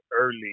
early